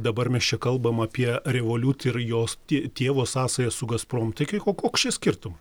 dabar mes čia kalbam apie revoliut ir jos tė tėvo sąsajas su gazprom taigi o koks čia skirtum